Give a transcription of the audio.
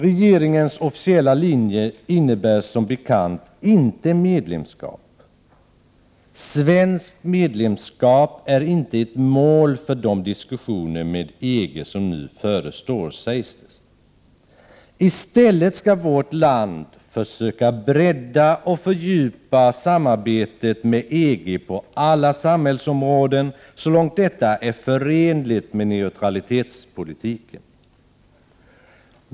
Regeringens officiella linje innebär som bekant inte medlemskap — ”svenskt medlemskap är inte ett mål för de diskussioner med EG som nu förestår”, sägs det. I stället skall vårt land ”försöka bredda och fördjupa samarbetet med EG på alla samhällsområden, så långt detta är förenligt med neutralitetspolitiken”.